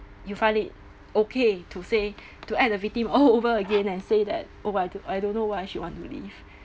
you find it okay to say to act the victim all over again and say that oh I d~ I don't know why she want to leave